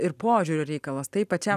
ir požiūrio reikalas tai pačiam